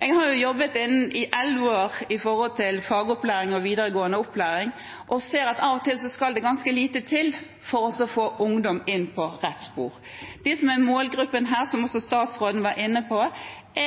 Jeg har jobbet i elleve år innen fagopplæring og videregående opplæring og ser at av og til skal det ganske lite til for å få ungdom inn på rett spor. De som er i denne målgruppen – som også statsråden var inne på –